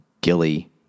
Gilly